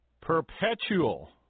perpetual